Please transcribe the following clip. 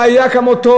לא היה כמותו,